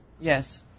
Yes